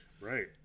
Right